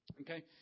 Okay